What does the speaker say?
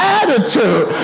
attitude